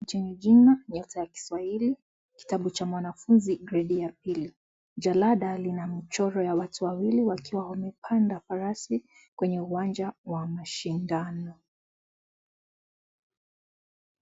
Chinchila nyota ya Kiswahili kitabu cha mwanafunzi gredi ya pili, jalada lina mchoro ya watu wawili wakiwa wamepanda farasi kwenye uwanja wa mashindano.